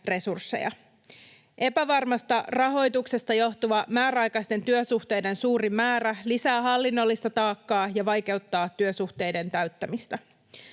Epävarmasta rahoituksesta johtuva määräaikaisten työsuhteiden suuri määrä lisää hallinnollista taakkaa ja vaikeuttaa työsuhteiden täyttämistä.